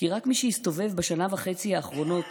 כי רק מי שהסתובב בשנה וחצי האחרונות